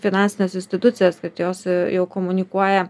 finansines institucijas kad jos jau komunikuoja